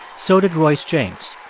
so did royce james.